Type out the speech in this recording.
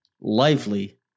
lively